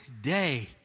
day